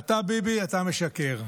אתה, ביבי, אתה משקר.